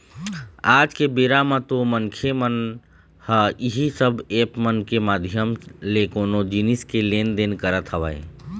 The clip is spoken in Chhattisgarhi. आज के बेरा म तो मनखे मन ह इही सब ऐप मन के माधियम ले कोनो जिनिस के लेन देन करत हवय